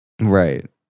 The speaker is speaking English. Right